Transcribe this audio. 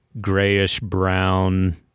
grayish-brown